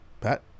Pat